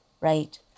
right